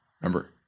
remember